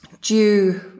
due